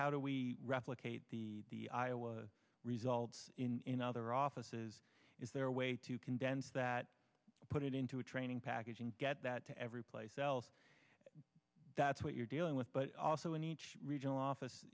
how do we replicate the the iowa results in other offices is there a way to condense that put it into a training package and get that to every place else that's what you're dealing with but also in each regional office